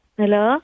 Hello